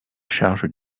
charge